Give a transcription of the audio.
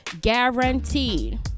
guaranteed